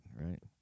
right